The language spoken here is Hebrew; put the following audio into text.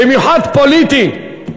במיוחד פוליטי.